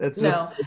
No